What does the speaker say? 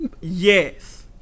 yes